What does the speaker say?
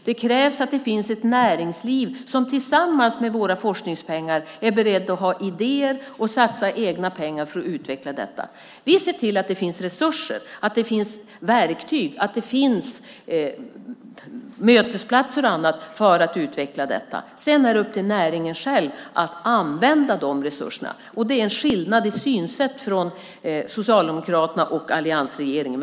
Det krävs att det finns ett näringsliv som tillsammans med våra forskningspengar är berett att ha idéer och satsa egna pengar för att utveckla detta. Vi ser till att det finns resurser, att det finns verktyg, att det finns mötesplatser och annat för att utveckla detta. Sedan är det upp till näringen själv att använda de resurserna. Det är en skillnad i synsätt mellan Socialdemokraterna och alliansregeringen.